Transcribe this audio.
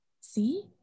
See